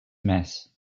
mess